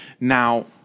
Now